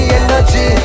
energy